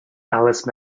alice